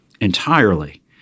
entirely